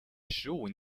十五